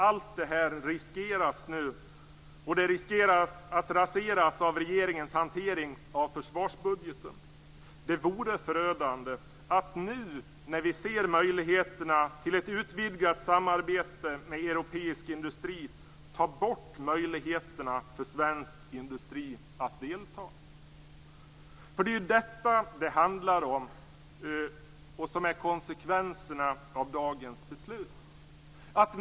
Allt detta riskerar nu att raseras av regeringens hantering av försvarsbudgeten. Det vore förödande att nu när vi ser möjligheter till ett utvidgat samarbete med europeisk industri ta bort möjligheterna för svensk industri att delta. Det är detta det handlar om och som är konsekvenserna av dagens beslut.